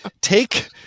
take